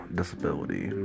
disability